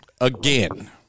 Again